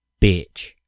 Bitch